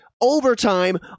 overtime